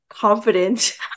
confident